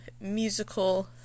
musical